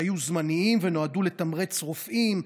שהיו זמניים ונועדו לתמרץ רופאים,